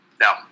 No